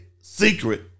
secret